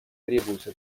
требуется